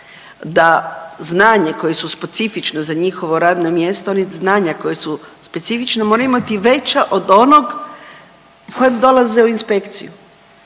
da znanje koje su specifično za njihovo radno mjesto, ona znanja koja su specifična moraju imati veća od onog kojeg dolaze u inspekciju,